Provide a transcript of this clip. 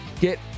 Get